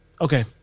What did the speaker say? okay